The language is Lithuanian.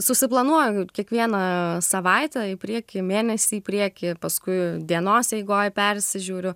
susiplanuoju kiekvieną savaitę į priekį mėnesį į priekį paskui dienos eigoj persižiūriu